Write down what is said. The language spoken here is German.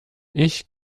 ich